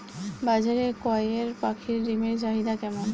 বাজারে কয়ের পাখীর ডিমের চাহিদা কেমন?